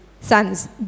Sons